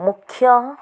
ମୁଖ୍ୟ